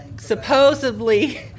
supposedly